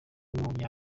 w’umunya